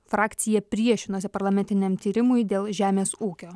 frakcija priešinosi parlamentiniam tyrimui dėl žemės ūkio